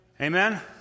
Amen